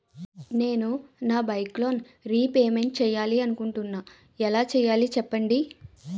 నేను నా bike loan repayment చేయాలనుకుంటున్నా ఎలా చేయాలి?